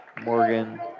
Morgan